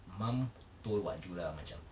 mum told wak ju lah macam